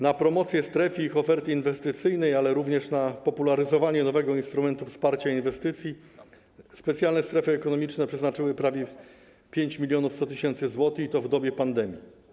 Na promocję stref i ich oferty inwestycyjnej, w tym również na popularyzowanie nowego instrumentu wsparcia inwestycji, specjalne strefy ekonomiczne przeznaczyły prawie 5100 tys. zł, i to w dobie pandemii.